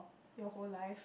your whole life